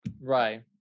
Right